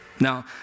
Now